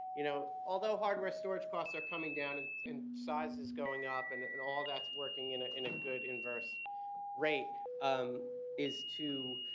you know, although hardware storage costs are coming down in size is going up and and all that's working in ah in a good inverse rate um is to